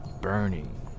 burning